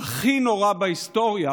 הכי נורא בהיסטוריה,